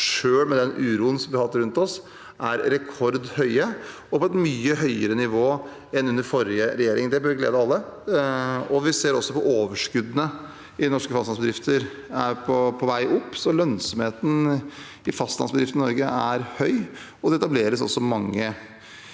selv med den uroen vi har hatt rundt oss, er rekordhøye og på et mye høyere nivå enn under forrige regjering. Det bør glede alle. Vi ser også at overskuddene i norske fastlandsbedrifter er på vei opp, så lønnsomheten i fastlandsbedriftene i Norge er høy, og det etableres også mange